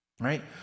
Right